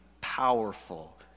powerful